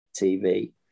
TV